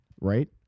right